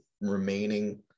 remaining